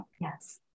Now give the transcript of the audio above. Yes